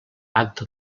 acta